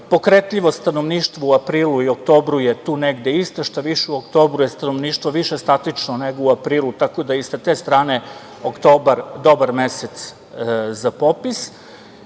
Pokretljivo stanovništvo u aprilu i oktobru je tu negde isto, šta više u oktobru je stanovništvo više statično nego u aprilu, tako da je i sa te strane oktobar dobar mesec za popis. Ono